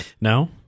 No